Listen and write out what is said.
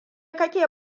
kake